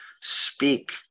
speak